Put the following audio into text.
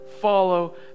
follow